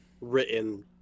written